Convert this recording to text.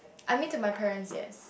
I mean to my parents yes